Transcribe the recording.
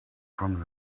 from